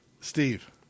Steve